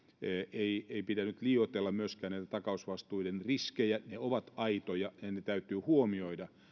ei pidä nyt liioitella myöskään näitä takausvastuiden riskejä ne ovat aitoja ja ne täytyy huomioida